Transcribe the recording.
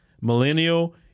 millennial